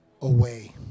away